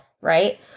Right